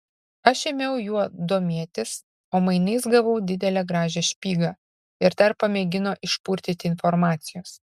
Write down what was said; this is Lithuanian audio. aš ėmiau juo domėtis o mainais gavau didelę gražią špygą ir dar pamėgino išpurtyti informacijos